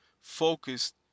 focused